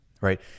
right